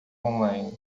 online